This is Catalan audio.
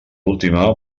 última